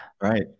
Right